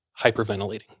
hyperventilating